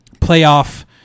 playoff